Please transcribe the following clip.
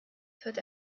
führt